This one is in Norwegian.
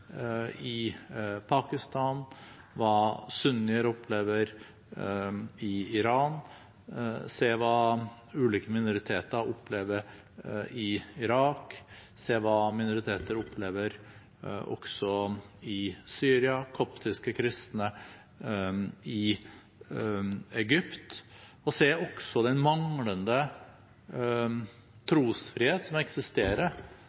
i Pakistan, hva sunnier opplever i Iran, se hva ulike minoriteter opplever i Irak, se hva minoriteter opplever også i Syria, se hva koptiske kristne opplever i Egypt – og se også den manglende